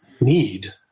need